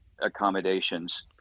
accommodations